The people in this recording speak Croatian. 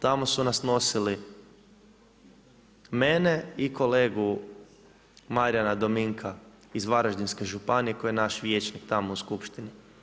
Tamo su nas nosili mene i kolegu Marijana Dominka iz Varaždinske županije koji je naš vijećnik tamo u skupštini.